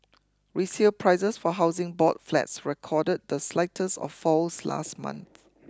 resale prices for Housing Board flats recorded the slightest of falls last month